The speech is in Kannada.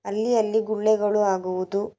ಅಲ್ಲಿ ಅಲ್ಲಿ ಗುಳ್ಳೆಗಳು ಆಗುವುದು